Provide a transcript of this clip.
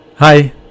Hi